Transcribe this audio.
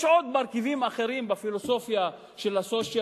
יש עוד מרכיבים אחרים בפילוסופיה של ה-Social